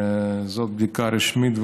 זאת בדיקה רשמית,